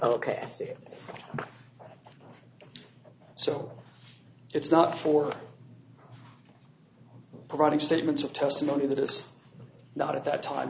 it so it's not for providing statements of testimony that is not at that time